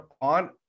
on